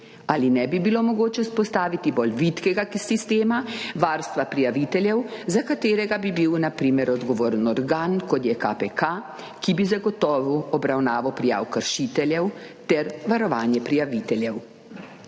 Ali ne bi bilo mogoče vzpostaviti bolj vitkega sistema varstva prijaviteljev, za katerega bi bil na primer odgovoren organ, kot je KPK, ki bi zagotovil obravnavo prijav kršiteljev ter varovanje prijaviteljev?